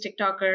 TikToker